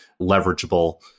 leverageable